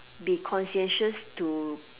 be conscientious to